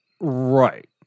Right